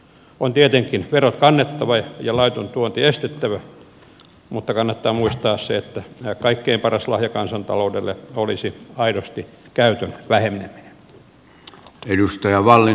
on tietenkin verot kannettava ja laiton tuonti estettävä mutta kannattaa muistaa se että kaikkein paras lahja kansantaloudelle olisi aidosti käytön väheneminen